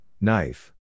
knife